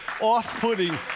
off-putting